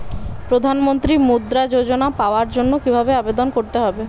প্রধান মন্ত্রী মুদ্রা যোজনা পাওয়ার জন্য কিভাবে আবেদন করতে হবে?